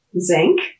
zinc